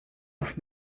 auf